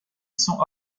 sont